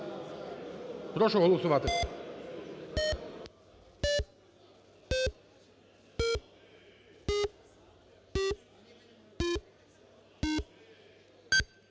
Прошу голосувати.